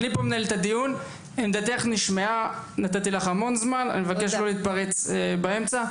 סליחה, עמדתך נשמעה, אני מבקש לא להתפרץ באמצע.